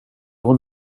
hon